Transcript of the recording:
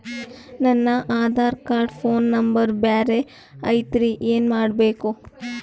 ನನ Aadhaar card phone number ಬ್ಯಾರೆ ಐತ್ರಿ ಏನ ಮಾಡಬೇಕು?